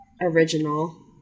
Original